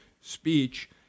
speech